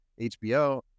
HBO